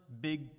big